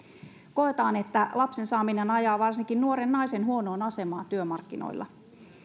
koetaan että lapsen saaminen ajaa varsinkin nuoren naisen huonoon asemaan työmarkkinoilla